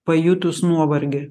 pajutus nuovargį